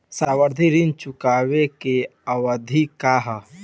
सावधि ऋण चुकावे के अवधि का ह?